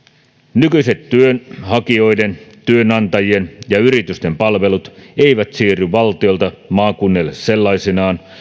nykyiset työnhakijoiden työnantajien ja yritysten palvelut eivät siirry valtiolta maakunnille sellaisinaan